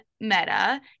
Meta